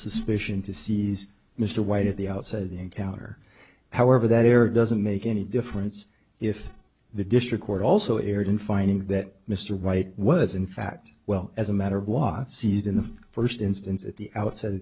suspicion to seize mr white at the outset of the encounter however there doesn't make any difference if the district court also erred in finding that mr white was in fact well as a matter of law seized in the first instance at the outset of